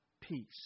peace